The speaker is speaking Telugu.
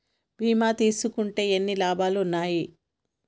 బీమా తీసుకుంటే ఎన్ని లాభాలు ఉన్నాయి?